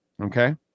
Okay